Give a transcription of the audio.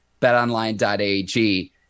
BetOnline.ag